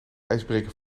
ijsbreker